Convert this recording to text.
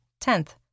Tenth